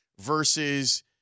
versus